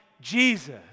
Jesus